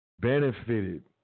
benefited